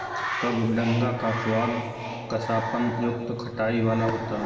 कबडंगा का स्वाद कसापन युक्त खटाई वाला होता है